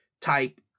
type